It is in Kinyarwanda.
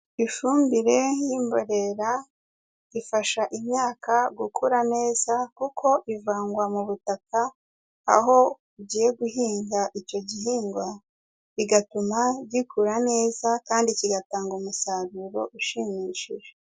Ifumbire y'imborera ifasha imyaka gukura neza kuko ivangwa mu butaka, aho ugiye guhinga icyo gihingwa bigatuma gikura neza, kandi kigatanga umusaruro ushimishije.